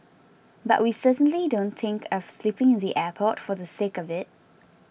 but we certainly don't think of sleeping in the airport for the sake of it